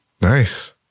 Nice